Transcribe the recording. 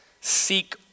seek